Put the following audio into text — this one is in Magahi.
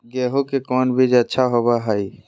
गेंहू के कौन बीज अच्छा होबो हाय?